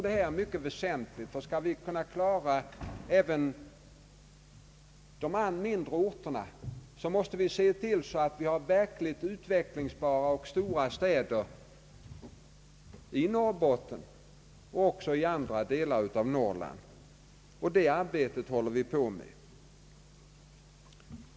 Detta är mycket väsentligt, ty skall vi kunna lösa även de mindre orternas problem, måste vi se till att det finns verkligt utvecklingsbara och stora städer i Norrbotten och även i andra delar av Norrland, och detta arbete håller vi på med.